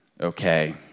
okay